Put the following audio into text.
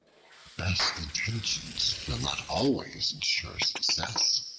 best intentions will not always ensure success.